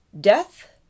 Death